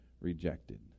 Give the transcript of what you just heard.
rejected